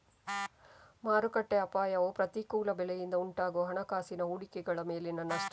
ಮಾರುಕಟ್ಟೆ ಅಪಾಯವು ಪ್ರತಿಕೂಲ ಬೆಲೆಯಿಂದ ಉಂಟಾಗುವ ಹಣಕಾಸಿನ ಹೂಡಿಕೆಗಳ ಮೇಲಿನ ನಷ್ಟ